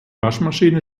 waschmaschine